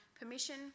permission